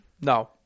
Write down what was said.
No